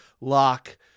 lock